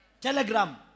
Telegram